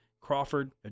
Crawford